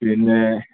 പിന്നെ